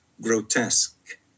Grotesque